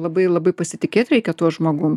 labai labai pasitikėt reikia tuo žmogum